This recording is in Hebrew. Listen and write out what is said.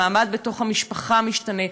המעמד בתוך המשפחה משתנה,